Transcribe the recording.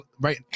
right